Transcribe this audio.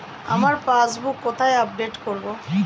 আমার পাসবুক কোথায় আপডেট করব?